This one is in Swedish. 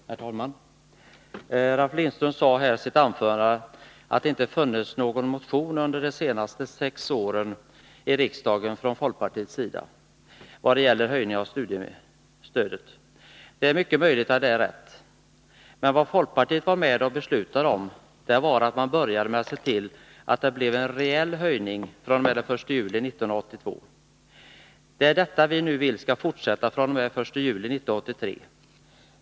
Herr talman! Ralf Lindström sade i sitt anförande att det under de senaste sex åren inte funnits någon motion i riksdagen från folkpartiets sida om någon höjning av studiestödet. Det är mycket möjligt att det är rätt, men vad folkpartiet var med om att besluta var att man började se till att det blev en rejäl höjning fr.o.m. den 1 juli 1982. Det är detta vi nu vill skall fortsätta fr.o.m. den 1 juli 1983.